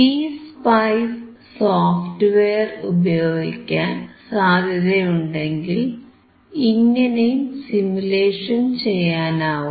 PSpice software ഉപയോഗിക്കാൻ സാധ്യതയുണ്ടെങ്കിൽ ഇങ്ങനെയും സിമുലേഷൻ ചെയ്യാനാവും